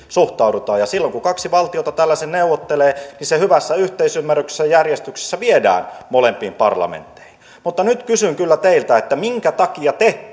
suhtaudutaan ja silloin kun kaksi valtiota tällaisen neuvottelee niin se hyvässä yhteisymmärryksessä ja järjestyksessä viedään molempiin parlamentteihin mutta nyt kysyn kyllä teiltä minkä takia te